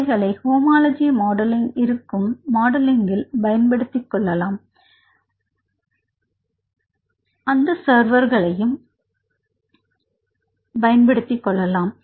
இவைகளை homology modelling இருக்கும் மாடலிங்கில் க்கு பயன்படுத்தப்படும் பலவித சர்வர்கள் ஆகும்